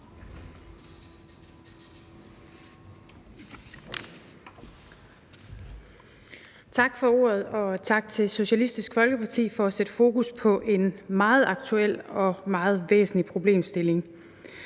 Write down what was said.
Tak for ordet, og tak til Socialistisk Folkeparti for at sætte fokus på en meget aktuel og meget væsentlig problemstilling.